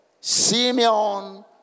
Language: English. Simeon